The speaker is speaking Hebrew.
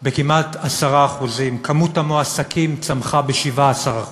בכמעט 10%, כמות המועסקים צמחה ב-17%.